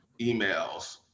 emails